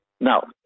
Now